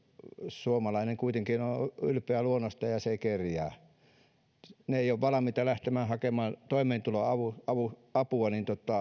suomalainen on kuitenkin luonnostaan ylpeä hän ei kerjää suomalaiset eivät ole valmiita lähtemään hakemaan toimeentuloapua